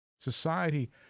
Society